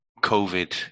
COVID